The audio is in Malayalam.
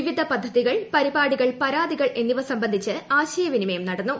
വിവിധ പദ്ധതികൾ പരിപാടികൾ പരാതികൾ എന്നിവ സംബന്ധിച്ച് ആശയവിനിമയം നടന്നു